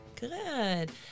Good